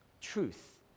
truth